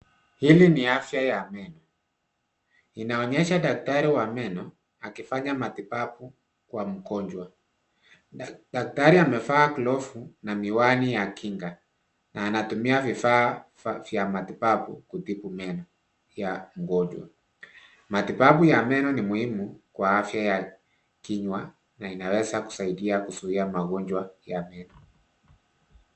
Hili ni afya ya meno, inaonyesha daktari wa meno akifanya matibabu kwa mgonjwa. Daktari amevaa glavu na miwani ya kinga na anatumia vifaa vya matibabu kutibu meno ya mgonjwa. Matibabu ya meno ni muhimu kwa afya ya kinywa na inaweza kusaidia kuzuia magonjwa ya meno.